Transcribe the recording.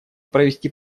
провести